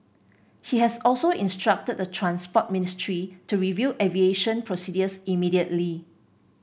he has also instructed the Transport Ministry to review aviation procedures immediately